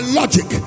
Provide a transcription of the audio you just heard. logic